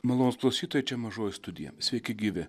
malonūs klausytojai čia mažoji studija sveiki gyvi